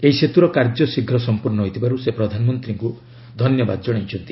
ଏହି ସେତୁର କାର୍ଯ୍ୟ ଶୀଘ୍ର ସମ୍ପର୍ଷ୍ଣ ହୋଇଥିବାରୁ ସେ ପ୍ରଧାନମନ୍ତ୍ରୀଙ୍କୁ ଧନ୍ୟବାଦ ଜଣାଇଛନ୍ତି